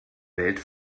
welt